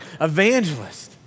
evangelist